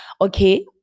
Okay